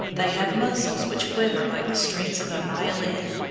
they have muscles, which quiver like the strings of a violin,